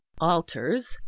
Altars